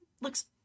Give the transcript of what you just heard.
looks